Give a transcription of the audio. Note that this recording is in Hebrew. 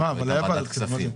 הייתה ועדת כספים.